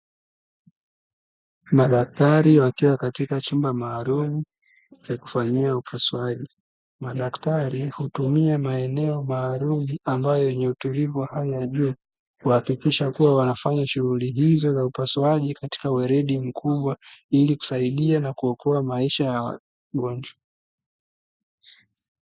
Madaktari wakiwa katika chumba maalumu cha kufanyia upasuaji. Madaktari hutumia maeneo maalumu ambayo yenye utulivu wa hali ya juu, kuhakikisha wakiwa wanafanya shughuli hizo za upasuaji katika weledi mkubwa, ili kusaidia na kuokoa maisha ya wagonjwa.